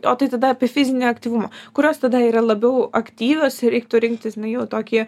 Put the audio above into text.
o tai tada apie fizinį aktyvumą kurios tada yra labiau aktyvios reiktų rinktis nu jau tokį